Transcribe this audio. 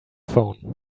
phone